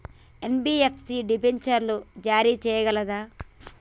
NBFC డిబెంచర్లు జారీ చేయగలదా?